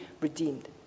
redeemed